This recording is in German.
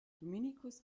dominikus